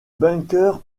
bunker